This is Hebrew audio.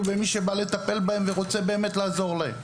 במי שבא לטפל בהם ורוצה באמת לעזור להם.